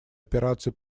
операций